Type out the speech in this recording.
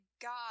God